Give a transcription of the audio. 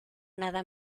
nada